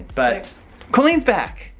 but colleen's back.